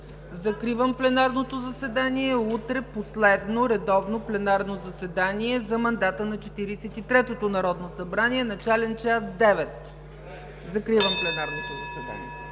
закривам пленарното заседание. Утре, последно редовно пленарно заседание за мандата на Четиридесет и третото народно събрание – начален час 9,00 ч. Закривам пленарното заседание.